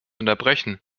unterbrechen